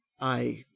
I